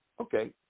Okay